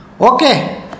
Okay